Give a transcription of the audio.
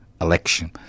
election